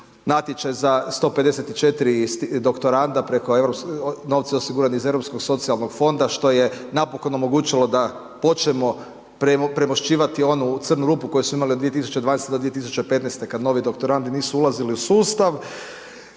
Natječaj za 154 doktoranda preko, novci osigurani iz Europskog socijalnog fonda što je napokon omogućilo da počnemo premošćivati onu crnu rupu koju smo imali od 2012. do 2015. kad novi doktorandi nisu ulazili u sustav.